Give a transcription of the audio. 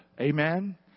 Amen